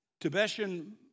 Tibetan